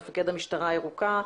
מפקד המשטרה הירוקה.